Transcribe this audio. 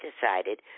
decided